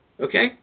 okay